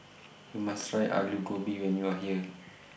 YOU must Try Alu Gobi when YOU Are here